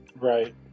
right